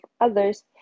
others